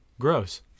gross